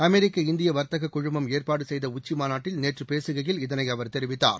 அமெரிக்க இந்திய வர்த்தக குழுமம் ஏற்பாடு செய்த உச்சிமாநாட்டில் நேற்று பேசுகையில் இதனை அவர் தெரிவித்தார்